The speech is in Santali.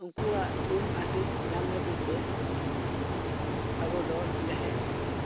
ᱩᱱᱠᱩᱣᱟᱜ ᱛᱷᱩᱢ ᱟᱥᱤᱥ ᱧᱟᱢ ᱞᱟ ᱜᱤᱫ ᱜᱮ ᱟᱵᱚ ᱫᱚ ᱡᱟᱦᱮᱨ